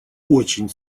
очень